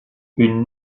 une